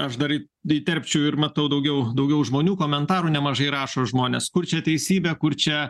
aš dar įterpčiau ir matau daugiau daugiau žmonių komentarų nemažai rašo žmonės kur čia teisybė kur čia